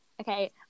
okay